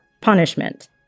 punishment